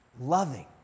loving